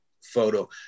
photo